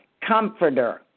comforter